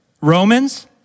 Romans